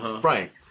Frank